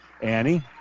Annie